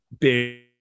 big